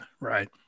Right